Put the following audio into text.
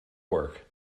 work